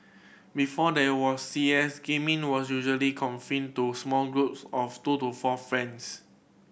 before there was C S gaming was usually confined to small groups of two to four friends